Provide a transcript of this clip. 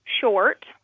short